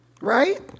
Right